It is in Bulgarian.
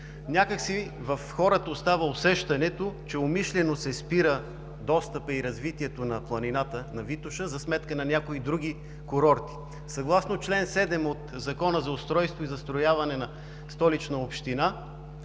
В хората остава усещането, че умишлено се спира достъпът и развитието на планината Витоша за сметка на някои други курорти. Съгласно чл. 7 от Закона за устройство и застрояване на Столичната община,